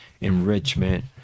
enrichment